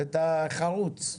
המערכת הזאת תהיה מערכת לומדת,